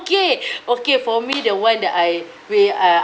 okay okay for me the one that I where I